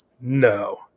No